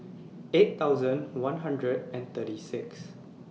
eight thousand one hundred and thirty six